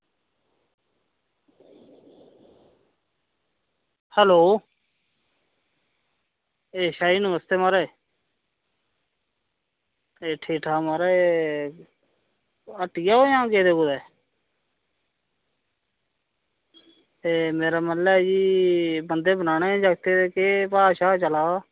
hello एह् शाह जी नमस्ते म्हाराज एह् ठीक ठाक म्हाराज हट्टिया ओह् जां गेदे कुदै मेरा मतलब कि बन्धे बनाने हे जागतै दे केह् भाऽ चला दा ऐ